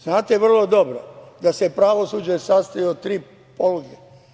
Znate vrlo dobro da se pravosuđe sastoji od tri poluge.